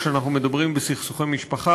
כשאנחנו מדברים בסכסוכי משפחה,